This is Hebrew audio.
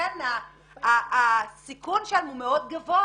ולכן הסיכון שם היה מאוד גבוה,